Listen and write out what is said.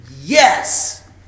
Yes